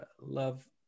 love